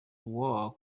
wall